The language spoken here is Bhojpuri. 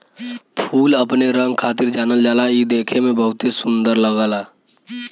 फूल अपने रंग खातिर जानल जाला इ देखे में बहुते सुंदर लगला